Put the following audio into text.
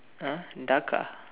uh duck ah